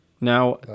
Now